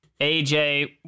AJ